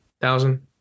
thousand